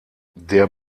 der